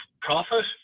Profit